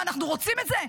מה, אנחנו רוצים את זה?